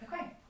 Okay